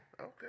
Okay